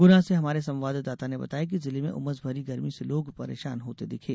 गुना से हमारे संवाददाता ने बताया कि जिले में उमस भरी गर्मी से लोग परेशान होते दिखे